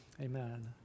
amen